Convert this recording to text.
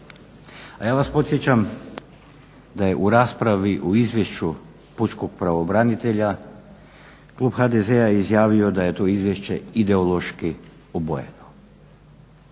A ja vas podsjećam da je u raspravi o izvješću pučkog pravobranitelja klub HDZ-a izjavio da je to izvješće ideološki obojeno.